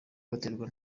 hohoterwa